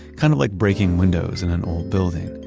kind of like breaking windows in an old building.